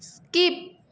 skip